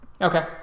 Okay